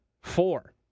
Four